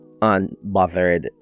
unbothered